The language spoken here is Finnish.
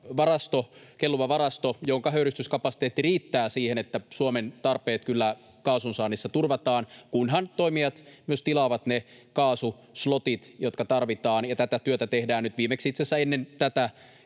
liittyvä kelluva varasto, jonka höyrystyskapasiteetti riittää siihen, että Suomen tarpeet kyllä kaasun saannissa turvataan, kunhan toimijat myös tilaavat ne kaasuslotit, jotka tarvitaan. Tätä työtä tehdään. Nyt viimeksi itse asiassa ennen tätä